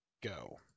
go